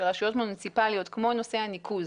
רשויות מוניציפאליות כמו נושא הניקוז.